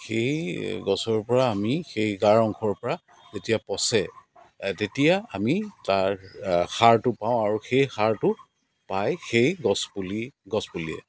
সেই গছৰ পৰা আমি সেই গাৰ অংশৰ পৰা যেতিয়া পঁচে তেতিয়া আমি তাৰ সাৰটো পাওঁ আৰু সেই সাৰটো পায় সেই গছ পুলি গছ পুলিয়ে